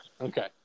Okay